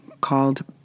called